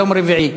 יום רביעי,